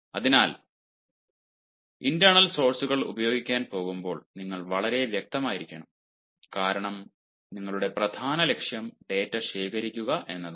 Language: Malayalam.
അതിനാൽ ഇന്റെർനൽ സോർസ്സുകൾ ഉപയോഗിക്കാൻ പോകുമ്പോൾ നിങ്ങൾ വളരെ വ്യക്തമായിരിക്കണം കാരണം നിങ്ങളുടെ പ്രധാന ലക്ഷ്യം ഡാറ്റ ശേഖരിക്കുക എന്നതാണ്